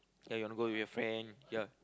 ya you wanna go with your friend ya